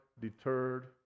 deterred